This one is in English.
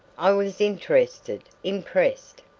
i was interested, impressed,